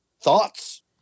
Thoughts